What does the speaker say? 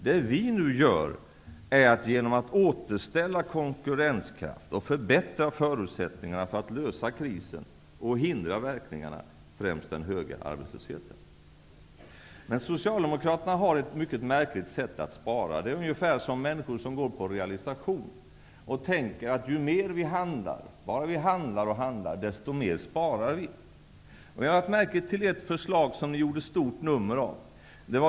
Det vi nu gör är att återställa konkurrenskraften och förbättra förutsättningarna för att lösa krisen och lindra verkningarna, främst den höga arbetslösheten. Socialdemokraterna har ett mycket märkligt sätt att spara. Det är ungefär som människor som går på realisation och tänker: Ju mer vi handlar, desto mer sparar vi. Jag har lagt märke till ett förslag som ni gjorde ett stort nummer av.